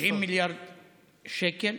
90 מיליארד שקל.